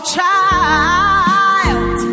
child